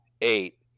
eight